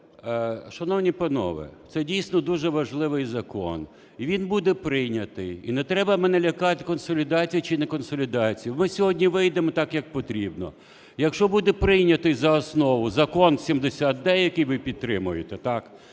Шановні панове, це дійсно дуже важливий закон і він буде прийнятий, і не треба мене лякати консолідацією чи неконсолідацією. Ми сьогодні вийдемо так, як потрібно. Якщо буде прийнятий за основу закон 70-д, який ви підтримуєте, так,